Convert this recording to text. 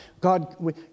God